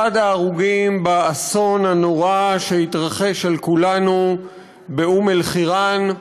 ההרוגים באסון הנורא שהתרחש על כולנו באום-אלחיראן.